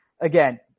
again